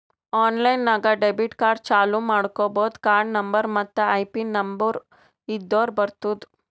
online ನಾಗ್ debit card ಚಾಲೂ ಮಾಡ್ಕೋಬೋದು ಕಾರ್ಡ ನಂಬರ್ ಮತ್ತ್ ಐಪಿನ್ ನಂಬರ್ ಇದ್ದುರ್ ಬರ್ತುದ್